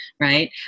right